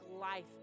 life